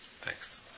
Thanks